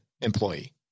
employee